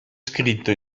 scritto